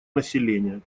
населения